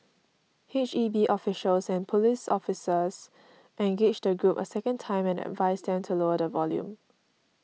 H E B officials and police officers engaged the group a second time and advised them to lower the volume